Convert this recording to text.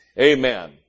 Amen